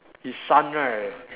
his son right